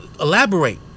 elaborate